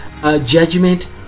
judgment